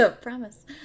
Promise